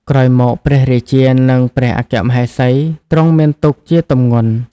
ក្រោយមកព្រះរាជានិងព្រះអគ្គមហេសី ទ្រង់មានទុក្ខជាទម្ងន់